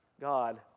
God